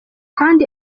kandi